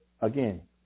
again